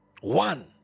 One